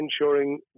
ensuring